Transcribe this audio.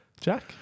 Jack